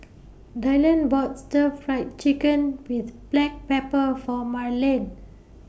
Dylon bought Stir Fried Chicken with Black Pepper For Marlin